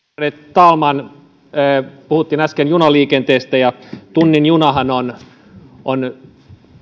talman äsken puhuttiin junaliikenteestä ja tunnin junahan on on